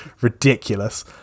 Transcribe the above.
ridiculous